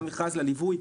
גם מכרז לליווי.